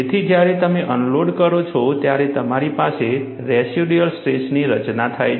તેથી જ્યારે તમે અનલોડ કરો છો ત્યારે તમારી પાસે રેસિડ્યુઅલ સ્ટ્રેસની રચના થાય છે